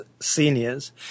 seniors